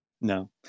No